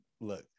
look